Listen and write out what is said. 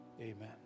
Amen